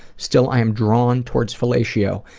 still i am drawn towards fellatio,